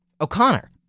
O'Connor